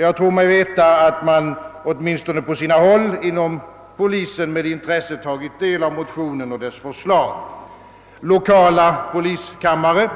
Jag tror mig veta, att man åtminstone på sina håll inom polisen med intresse tagit del av motionerna och deras förslag. Lokala poliskammare